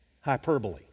Hyperbole